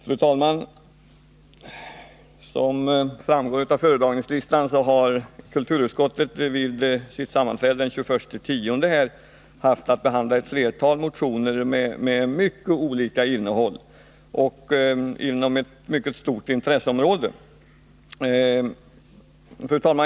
Fru talman! Som framgår av betänkandena har kulturutskottet vid sitt sammanträde den 21 oktober haft att behandla ett flertal motioner med mycket olika innehåll och omspännande ett mycket stort intresseområde.